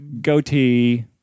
goatee